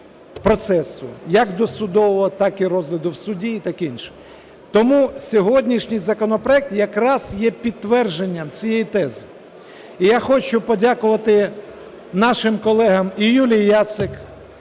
як досудового, так і розгляду в суді, і таке інше. Тому сьогоднішній законопроект якраз є підтвердженням цієї тези. І я хочу подякувати нашим колегам і Юлії Яцик,